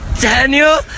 Daniel